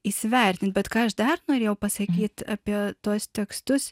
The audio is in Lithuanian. įsivertinti bet ką aš dar norėjau pasakyt apie tuos tekstus